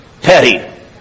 petty